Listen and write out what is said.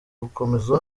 gukomeza